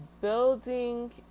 building